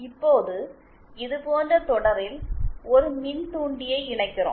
இப்போது இது போன்ற தொடரில் ஒரு மின்தூண்டியை இணைக்கிறோம்